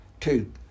Two